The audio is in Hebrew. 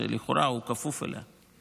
שלכאורה הוא כפוף אליה.